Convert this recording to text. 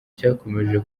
cyakomeje